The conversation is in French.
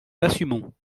l’assumons